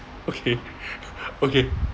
okay okay